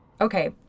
Okay